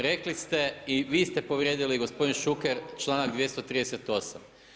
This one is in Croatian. Rekli ste i vi ste povrijedili i gospodin Šuker članak 238.